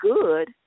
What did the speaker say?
good